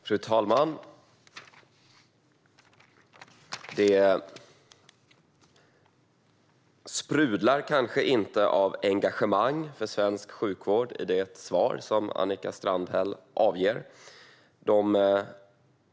Fru talman! Det sprudlar kanske inte av engagemang för svensk sjukvård, det svar som Annika Strandhäll avger.